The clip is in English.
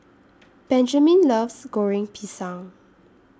Benjamin loves Goreng Pisang